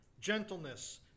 gentleness